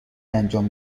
انجام